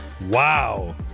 wow